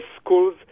schools